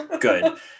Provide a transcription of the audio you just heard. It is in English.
good